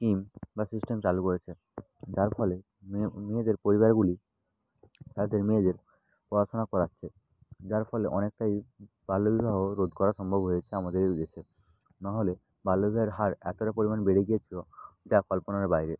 scheme বা system চালু করেছে যার ফলে মেয়ে মেয়েদের পরিবারগুলি তাদের মেয়েদের পড়াশুনা করাচ্ছে যার ফলে অনেকটাই বাল্য বিবাহ রোধ করা সম্ভব হয়েছে আমাদের এই দেশে নাহলে বাল্য বিবাহের হার এতোটা পরিমাণ বেড়ে গিয়েছিলো যা কল্পনার বাইরে